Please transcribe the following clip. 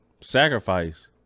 sacrifice